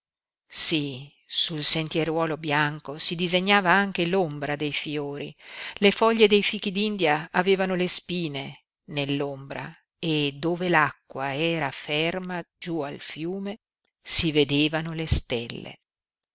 sí sul sentieruolo bianco si disegnava anche l'ombra dei fiori le foglie dei fichi d'india avevano le spine nell'ombra e dove l'acqua era ferma giú al fiume si vedevano le stelle